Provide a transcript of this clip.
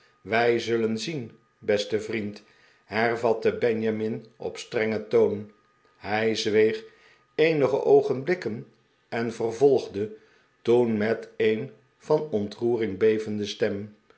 wij zullen zien beste vriend hervatte benjamin op strengen toon hij zweeg eenibenjamin allen krijgt bezoek ge oogenblikken en vervolgde toen met een van ontroering bevende stem